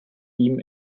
ihm